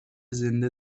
زنده